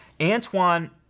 Antoine